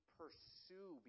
pursue